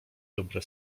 dobre